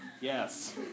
Yes